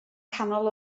canol